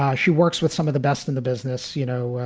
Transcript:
um she works with some of the best in the business. you know,